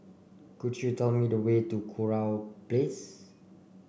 could you tell me the way to Kurau Place